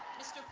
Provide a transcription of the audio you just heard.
mr.